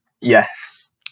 Yes